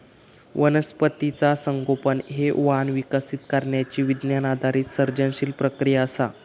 वनस्पतीचा संगोपन हे वाण विकसित करण्यची विज्ञान आधारित सर्जनशील प्रक्रिया असा